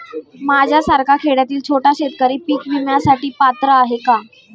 माझ्यासारखा खेड्यातील छोटा शेतकरी पीक विम्यासाठी पात्र आहे का?